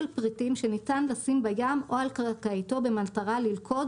פריטים שניתן לשים בים או על קרקעיתו במטרה ללכוד,